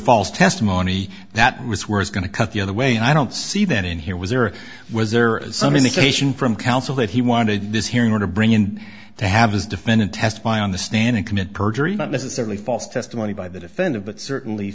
false testimony that was where is going to cut the other way and i don't see that in here was there or was there is some indication from counsel that he wanted this hearing or to bring in to have his defendant testify on the stand and commit perjury not necessarily false testimony by the defendant but certainly